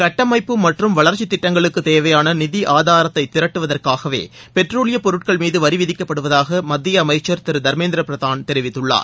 கட்டமைப்பு மற்றும் வளர்ச்சித் திட்டங்களுக்குத் தேவையான நிதி ஆதாரத்தை திரட்டுவதற்காகவே பெட்ரோல் டீசல் மீது வரி விதிக்கப்படுவதாக பெட்ரோலியத்துறை அமைச்சர் திரு தர்மேந்திர பிரதான் கூறியுள்ளார்